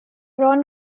ron